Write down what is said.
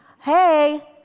Hey